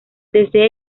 desde